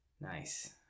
Nice